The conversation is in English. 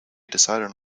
decided